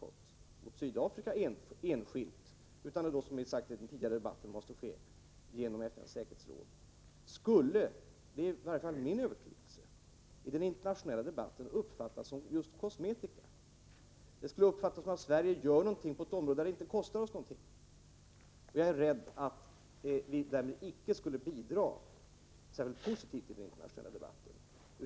Om Sverige enskilt startar en handelsbojkott, skulle detta — det är i varje fall min övertygelse — i den internationella debatten uppfattas som kosmetika. Det skulle uppfattas som att Sverige gör någonting på ett område där det inte kostar oss något. Jag är rädd för att vi därmed icke skulle bidra särskilt positivt till den internationella debatten.